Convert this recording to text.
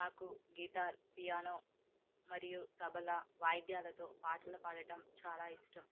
నాకు guitar piano మరియు తబలా వాయిద్యాలతో పాటలు పాడటం చాలా ఇష్టం